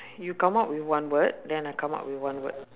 you come up with one word then I come up with one word